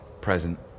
present